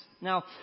Now